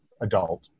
adult